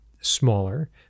smaller